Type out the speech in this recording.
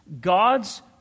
God's